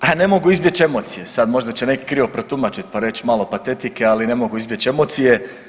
A ne mogu izbjeć emocije, sad možda će neki krivo protumačit, pa reć malo patetike, ali ne mogu izbjeć emocije.